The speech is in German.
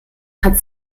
hat